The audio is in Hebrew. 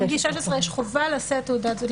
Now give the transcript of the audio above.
מגיל 16 יש חובה לשאת תעודת זהות.